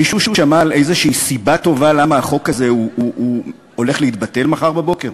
מישהו שמע על איזו סיבה טובה למה החוק הזה הולך להתבטל מחר בבוקר?